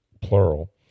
plural